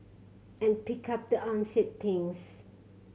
and pick up the unsaid things